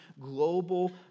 global